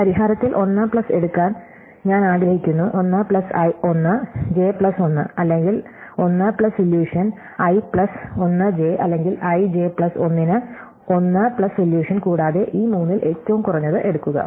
പരിഹാരത്തിൽ 1 പ്ലസ് എടുക്കാൻ ഞാൻ ആഗ്രഹിക്കുന്നു 1 പ്ലസ് 1 ജെ പ്ലസ് 1 അല്ലെങ്കിൽ 1 plus solution I plus 1 J അല്ലെങ്കിൽ ഐജെ പ്ലസ് 1 ന് 1 പ്ലസ് സൊല്യൂഷൻ കൂടാതെ ഈ മൂന്നിൽ ഏറ്റവും കുറഞ്ഞത് എടുക്കുക